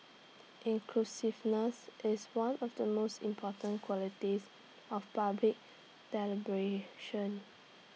inclusiveness is one of the most important qualities of public deliberation